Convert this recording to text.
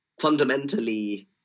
fundamentally